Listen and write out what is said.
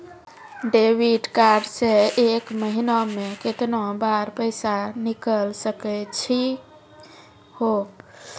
Debit card से एक महीना मा केतना बार पैसा निकल सकै छि हो?